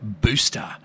booster